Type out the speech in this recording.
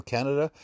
Canada